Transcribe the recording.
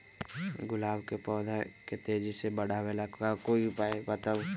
गुलाब के पौधा के तेजी से बढ़ावे ला कोई उपाये बताउ?